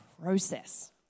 process